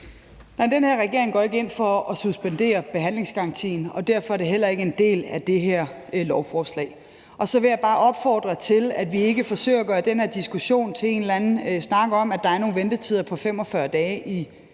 den her regering går ikke ind for at suspendere behandlingsgarantien, og derfor er det heller ikke en del af det her lovforslag. Og så vil jeg bare opfordre til, at vi ikke forsøger at gøre den her diskussion til en eller anden snak om, at der er nogle ventetider på 45 dage i